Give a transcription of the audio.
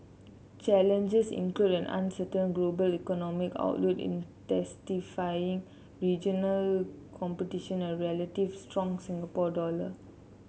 challengers include an uncertain global economic outlook intensifying regional competition and a relatively strong Singapore dollar